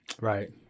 Right